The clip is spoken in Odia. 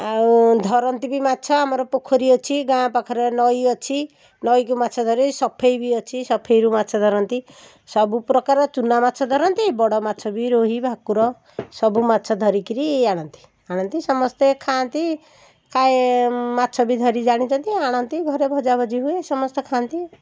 ଆଉ ଧରନ୍ତି ବି ମାଛ ଆମର ପୋଖରୀ ଅଛି ଗାଁ ପାଖରେ ନଈ ଅଛି ନଈକି ମାଛଧରି ସଫେଇ ବି ଅଛି ସଫେଇରୁ ମାଛ ଧରନ୍ତି ସବୁ ପ୍ରକାର ଚୁନା ମାଛ ଧରନ୍ତି ବଡ଼ମାଛ ବି ରୋହି ଭାକୁର ସବୁମାଛ ଧରିକିରି ଆଣନ୍ତି ଆଣନ୍ତି ସମସ୍ତେ ଖାଆନ୍ତି ଖାଏ ମାଛ ବି ଧରି ଜାଣିଛନ୍ତି ଆଣନ୍ତି ଘରେ ଭଜାଭଜି ହୁଏ ସମସ୍ତେ ଖାଆନ୍ତି